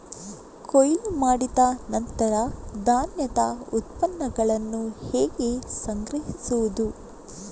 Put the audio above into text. ಕೊಯ್ಲು ಮಾಡಿದ ನಂತರ ಧಾನ್ಯದ ಉತ್ಪನ್ನಗಳನ್ನು ಹೇಗೆ ಸಂಗ್ರಹಿಸುವುದು?